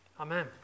Amen